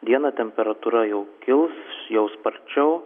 dieną temperatūra jau kils jau sparčiau